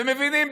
ומבינים,